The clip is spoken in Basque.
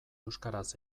euskaraz